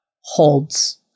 holds